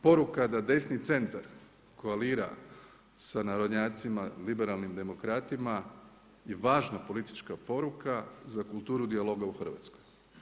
Poruka da desni centar koalira sa narodnjacima, liberalnim demokratima je važna politička poruka za kulturu dijaloga u Hrvatskoj.